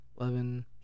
eleven